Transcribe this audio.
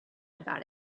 about